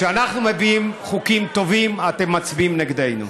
כשאנחנו מביאים חוקים טובים, אתם מצביעים נגדנו.